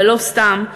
ולא סתם,